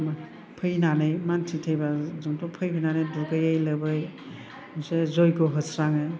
फैनानै मानसि थैबा जोंथ' फैनानै दुगैयै लोबै बिदिनो जैग' होस्राङो